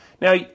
Now